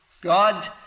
God